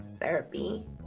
therapy